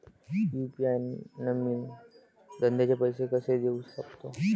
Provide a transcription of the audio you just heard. UPI न मी धंद्याचे पैसे कसे देऊ सकतो?